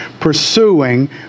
pursuing